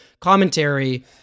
commentary